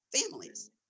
families